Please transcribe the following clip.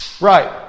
Right